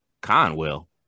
Conwell